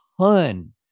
ton